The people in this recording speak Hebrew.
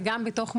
וגם בתוך מחלף,